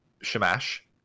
Shamash